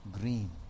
green